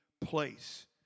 place